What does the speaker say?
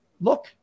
look